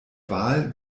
wahl